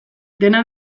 dena